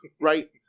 right